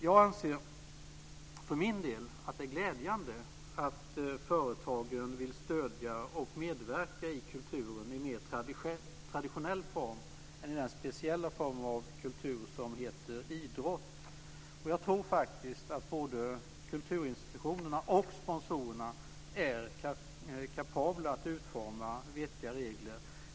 Jag anser för min del att det är glädjande att företagen vill stödja och medverka i kulturen i mer traditionell form än i den speciella form av kultur som heter idrott. Jag tror faktiskt att både kulturinstitutionerna och sponsorerna är kapabla att utforma vettiga regler.